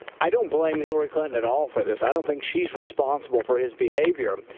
i don't blame hillary clinton at all for this. i don't think she's responsible for his behavior.